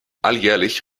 alljährlich